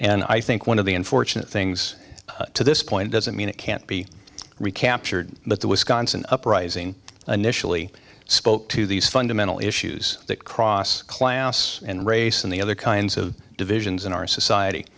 and i think one of the unfortunate things to this point doesn't mean it can't be recaptured but the wisconsin uprising initially spoke to these fundamental issues that cross class and race and the other kinds of divisions in our